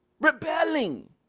Rebelling